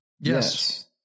Yes